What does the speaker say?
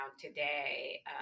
today